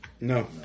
No